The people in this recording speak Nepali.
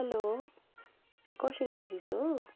हलो यो खरसाङ डाइरिज हो